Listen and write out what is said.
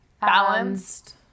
balanced